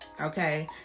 Okay